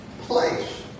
place